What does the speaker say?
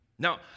Now